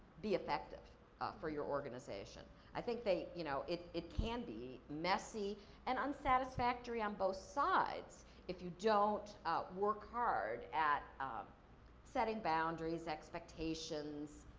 be effective for your organization. i think they, you know, it it can be messy and unsatisfactory on both sides if you don't work hard at um setting boundaries, expectations,